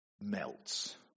melts